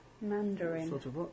Mandarin